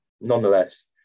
nonetheless